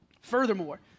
Furthermore